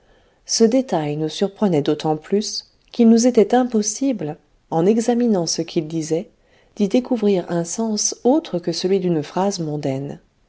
ce détail nous surprenait d'autant plus qu'il nous était impossible en examinant ce qu'il disait d'y découvrir un sens autre que celui d'une phrase mondaine